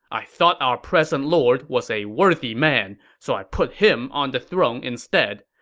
i thought our present lord was a worthy man, so i put him on the throne instead.